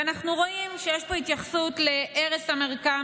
ואנחנו רואים שיש פה התייחסות להרס המרקם